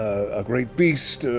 a great beast,